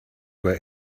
were